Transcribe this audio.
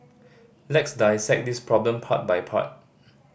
let's dissect this problem part by part